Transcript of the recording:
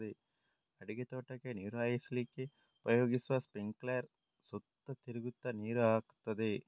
ಅಡಿಕೆ ತೋಟಕ್ಕೆ ನೀರು ಹಾಯಿಸ್ಲಿಕ್ಕೆ ಉಪಯೋಗಿಸುವ ಸ್ಪಿಂಕ್ಲರ್ ಸುತ್ತ ತಿರುಗ್ತಾ ನೀರು ಹಾಕ್ತದೆ